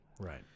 Right